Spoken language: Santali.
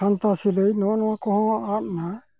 ᱠᱷᱟᱱᱛᱟ ᱥᱤᱞᱟᱹᱭ ᱱᱚᱜᱼᱚᱸᱭ ᱱᱟ ᱠᱚᱦᱚᱸ ᱟᱫ ᱱᱟ